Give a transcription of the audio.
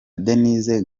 denise